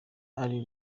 ari